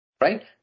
right